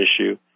issue